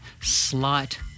slight